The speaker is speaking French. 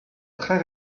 très